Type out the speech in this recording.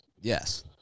Yes